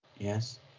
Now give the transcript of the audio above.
Yes